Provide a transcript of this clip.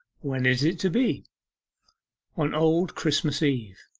when is it to be on old christmas eve